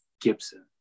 Gibson